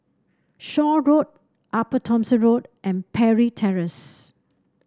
Shaw Road Upper Thomson Road and Parry Terrace